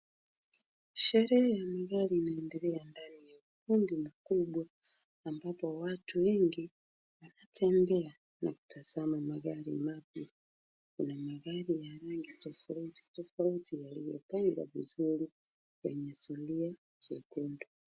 Sherehe ya magari inaendelea ndani ya ukumbi mkubwa, ambapo watu wengi wanatembea na kutazama magari mapya. Kuna magari ya rangi tofauti tofauti yaliyopangwa kwenye zulia jekundu.